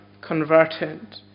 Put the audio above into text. converted